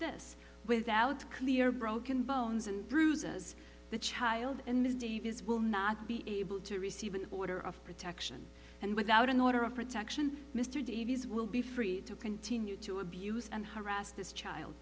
this without clear broken bones and bruises the child and ms davis will not be able to receive an order of protection and without an order of protection mr davies will be free to continue to abuse and harass this child